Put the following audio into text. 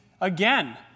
again